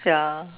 ya